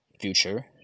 future